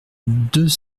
deux